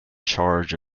charge